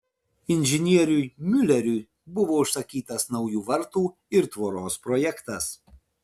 inžinieriui miuleriui buvo užsakytas naujų vartų ir tvoros projektas